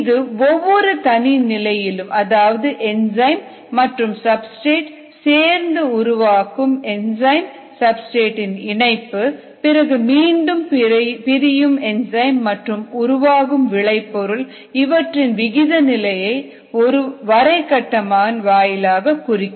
இது ஒவ்வொரு தனி நிலையிலும் அதாவது என்சைம் மற்றும் சப்ஸ்டிரேட் சேர்ந்து உருவாக்கும் என்சைம் சப்ஸ்டிரேட் இன் இணைப்பு பிறகு மீண்டும் பிரியும் என்சைம் மற்றும் உருவாகும் விளைபொருள் இவற்றின் விகித நிலையை ஒருவரை கட்டம் வாயிலாக குறிக்கும்